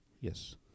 yes